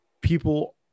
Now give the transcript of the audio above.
people